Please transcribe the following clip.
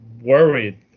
worried